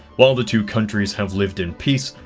while the two countries have lived in peace.